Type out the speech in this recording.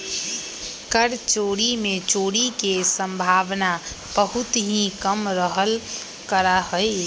कर चोरी में चोरी के सम्भावना बहुत ही कम रहल करा हई